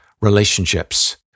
relationships